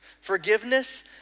forgiveness